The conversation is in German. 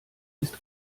ist